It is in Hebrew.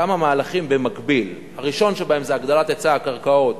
כמה מהלכים במקביל: הראשון שבהם זה הגדלת היצע הקרקעות,